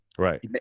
Right